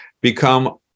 become